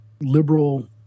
liberal